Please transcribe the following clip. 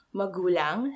magulang